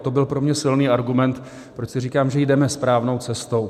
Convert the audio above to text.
To byl pro mě silný argument, proč si říkám, že jdeme správnou cestou.